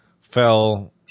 fell